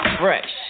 fresh